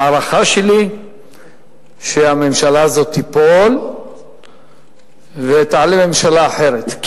ההערכה שלי היא שהממשלה הזאת תיפול ותעלה ממשלה אחרת.